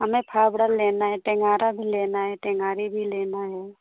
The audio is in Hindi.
हमें फ़ावड़ा लेना है टेन्गारा भी लेना है टेन्गारी भी लेनी है